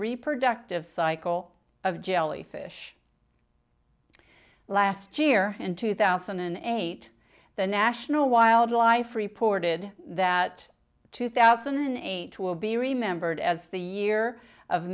reproductive cycle of jellyfish last year and two thousand and eight the national wildlife reported that two thousand and eight will be remembered as the year of